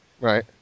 Right